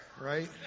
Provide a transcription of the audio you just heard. Right